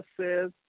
says